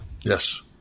Yes